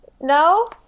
no